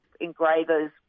engravers